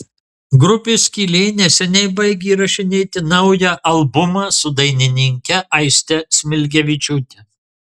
grupė skylė neseniai baigė įrašinėti naują albumą su dainininke aiste smilgevičiūte